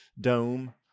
dome